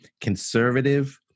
conservative